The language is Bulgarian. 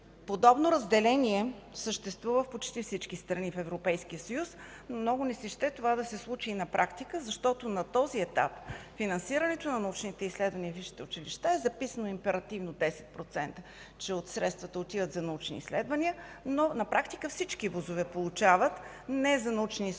Подобно разделение съществува в почти всички страни от Европейския съюз, но много ми се иска това да се случи на практика, защото на този етап за финансирането на научните изследвания във висшите училища е записано императивно, че 10% от средствата отиват за научни изследвания. На практика обаче всички вузове получават не за научни изследвания,